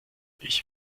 ich